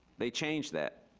they changed that,